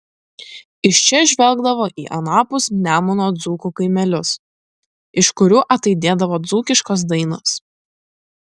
iš čia žvelgdavo į anapus nemuno dzūkų kaimelius iš kurių ataidėdavo dzūkiškos dainos